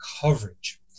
coverage